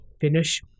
finish